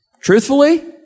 truthfully